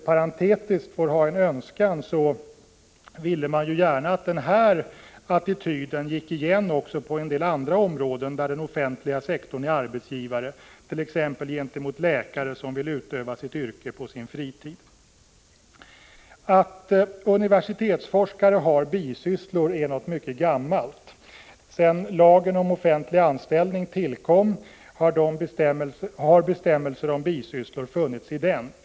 Parentetiskt kan jag säga att man önskar att den här attityden gick igen på en del andra områden där den offentliga sektorn är arbetsgivare, t.ex. gentemot läkare som vill utöva sitt yrke på fritid. Att universitetsforskare har bisysslor är något mycket gammalt. Sedan lagen om offentlig anställning tillkom har bestämmelser om bisysslor funnits i den.